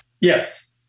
Yes